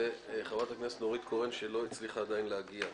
וחברת הכנסת נורית קורן, שלא הצליחה עדין להגיע.